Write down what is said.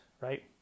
right